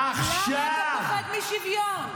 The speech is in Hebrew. למה אתה פוחד משוויון?